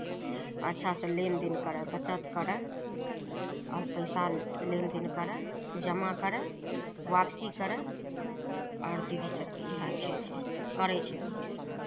अच्छासँ लेनदेन करय बचत करय आओर पैसा लेनदेन करय जमा करय वापसी करय आओर दीदी सभके इएह छै से करै छै दीदी सभ